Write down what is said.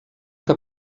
que